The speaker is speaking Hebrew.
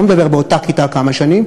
לא מדבר על אותה כיתה כמה שנים,